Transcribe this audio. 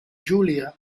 julia